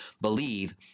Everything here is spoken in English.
believe